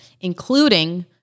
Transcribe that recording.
including